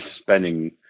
spending